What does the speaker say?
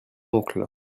oncle